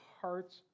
hearts